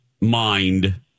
mind